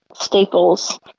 Staples